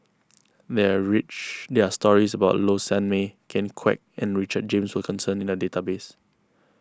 may are rich there are stories about Low Sanmay Ken Kwek and Richard James Wilkinson in the database